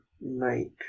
make